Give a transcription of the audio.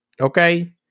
okay